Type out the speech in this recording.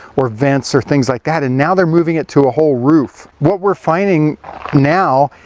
or vents, or things like that, and now they're moving it to a whole roof. what we're finding now,